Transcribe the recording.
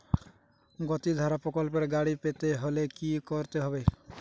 গতিধারা প্রকল্পে গাড়ি পেতে হলে কি করতে হবে?